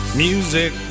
music